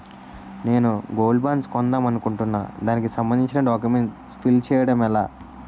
నేను gold bonds కొందాం అనుకుంటున్నా దానికి సంబందించిన డాక్యుమెంట్స్ ఫిల్ చేయడం ఎలా?